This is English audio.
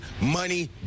money